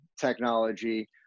technology